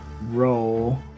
roll